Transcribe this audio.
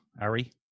Ari